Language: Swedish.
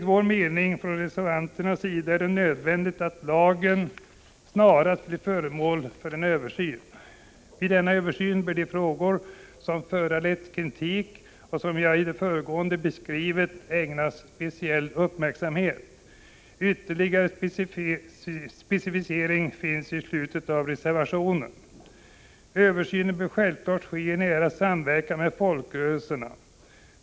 Vi reservanter menar att det är nödvändigt att lagen snarast blir föremål för en översyn. Vid denna översyn bör de frågor som föranlett kritik och som jag i det föregående behandlat ägnas speciell uppmärksamhet. Ytterligare specificering finns i slutet av reservationen. Översynen bör självfallet ske i nära samverkan med folkrörelserna.